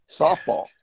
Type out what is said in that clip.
softball